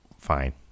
Fine